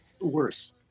Worse